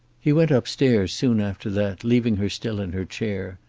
he went upstairs soon after that, leaving her still in her chair,